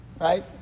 Right